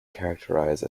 characterize